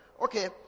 Okay